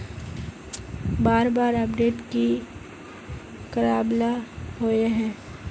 बार बार अपडेट की कराबेला होय है?